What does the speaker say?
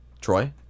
Troy